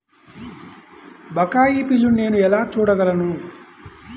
బకాయి బిల్లును నేను ఎలా చూడగలను?